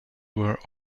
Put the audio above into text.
were